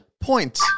point